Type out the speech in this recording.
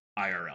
IRL